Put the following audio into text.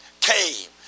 came